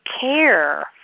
care